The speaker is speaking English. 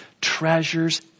treasures